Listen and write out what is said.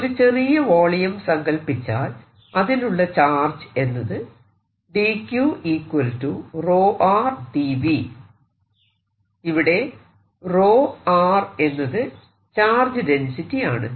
ഒരു ചെറിയ വോളിയം സങ്കല്പിച്ചാൽ അതിലുള്ള ചാർജ് എന്നത് ഇവിടെ എന്നത് ചാർജ് ഡെൻസിറ്റി ആണ്